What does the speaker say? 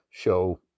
show